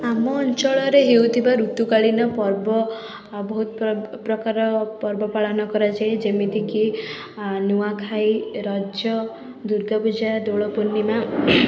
ଆମ ଅଞ୍ଚଳରେ ହେଉଥିବା ଋତୁକାଳୀନ ପର୍ବ ବହୁତ ପ୍ର ପ୍ରକାର ପର୍ବ ପାଳନ କରାଯାଏ ଯେମିତିକି ଆ ନୂଆଖାଇ ଏ ରଜ ଦୂର୍ଗାପୂଜା ଦୋଳପୂର୍ଣ୍ଣିମା